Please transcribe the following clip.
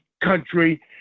country